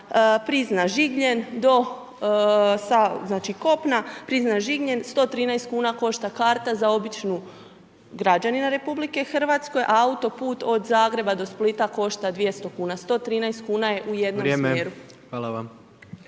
Prizna-Žigljen 113 kn košta karta za običnog građanina RH, a autoput od Zagreba do Splita košta 200kn. 113 kn je u jednom smjeru.